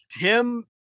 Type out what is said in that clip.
Tim